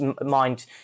mind